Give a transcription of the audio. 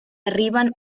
arriben